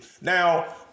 Now